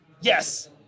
yes